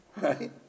right